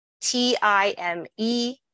T-I-M-E